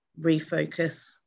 refocus